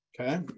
Okay